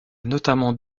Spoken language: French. notamment